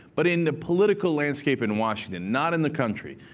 but in the political landscape in washington, not in the country.